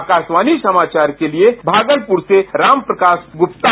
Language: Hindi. आकाशवाणी समाचार के लिए भागलपुर से राम प्रकाश गुप्ता